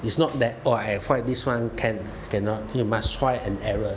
it's not that oh I find this [one] can cannot you must try and error